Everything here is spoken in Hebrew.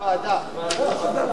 ועדה, ועדה.